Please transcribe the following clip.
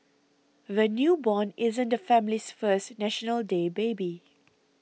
the newborn isn't the family's first National Day baby